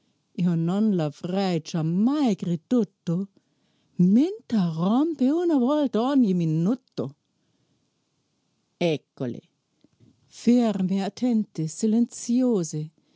io non l'avrei giammai creduto m'interrompe una volta ogni minuto eccole ferme attente silenziose